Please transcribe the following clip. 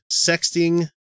sexting